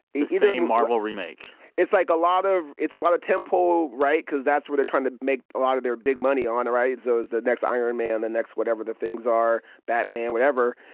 the same marvel remake it's like a lot of it's a lot of tent-pole right? cause that's what they're trying to make a lot of their big money on, right? so it's the next iron man, the next whatever the things are batman, whatever.